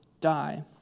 die